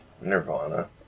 Nirvana